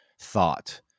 thought